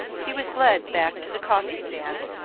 he was led back to the coffee-stand,